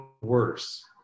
worse